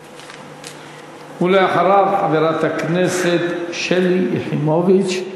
ואחריו, חברת הכנסת שלי יחימוביץ,